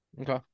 Okay